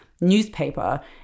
newspaper